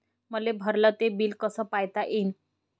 मले भरल ते बिल कस पायता येईन?